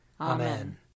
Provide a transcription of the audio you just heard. Amen